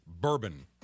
bourbon